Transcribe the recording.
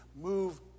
Move